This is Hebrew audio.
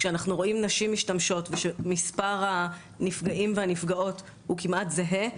כשאנחנו רואים נשים משתמשות ושמספר הנפגעים והנפגעות הוא כמעט זהה,